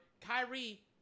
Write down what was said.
Kyrie